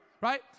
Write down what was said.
right